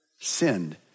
sinned